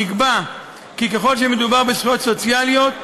נקבע כי ככל שמדובר בזכויות סוציאליות,